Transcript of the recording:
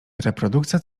reprodukcja